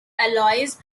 alloys